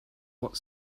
what